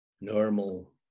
normal